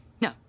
No